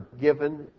given